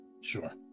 Sure